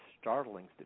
startling